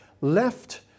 left